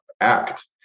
ACT